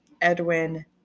Edwin